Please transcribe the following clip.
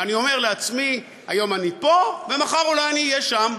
ואני אומר לעצמי: היום אני פה ומחר אולי אני אהיה שם,